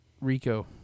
Rico